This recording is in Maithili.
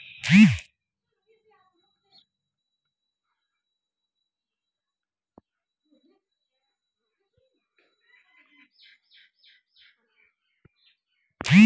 स्कूली शिक्षाकेँ सेहो बेपारक माध्यम सँ प्रोत्साहित कएल जाइत छै